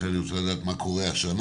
לכן אני רוצה לדעת מה קורה השנה.